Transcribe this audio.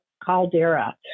caldera